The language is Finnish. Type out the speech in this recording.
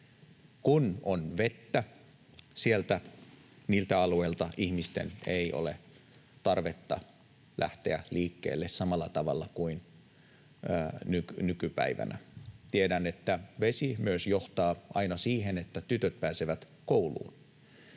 Kun on vettä, niiltä alueilta ihmisten ei ole tarvetta lähteä liikkeelle samalla tavalla kuin nykypäivänä. Tiedän, että vesi myös johtaa aina siihen, että tytöt pääsevät kouluun.